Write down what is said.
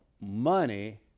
money